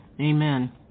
Amen